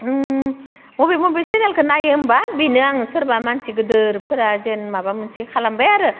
बबे बबे सेरियालखो नायो होमब्ला बेनो आं सोरबा मानसि गोदोर फोरा जेन माबा मोनसे खालामबाय आरो